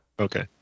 Okay